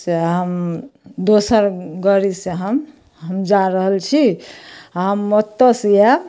से हम दोसर गाड़ीसँ हम हम जा रहल छी आओर हम ओतऽसँ आएब